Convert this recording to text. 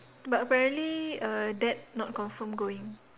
but apparently err dad not confirm going